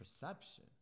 perception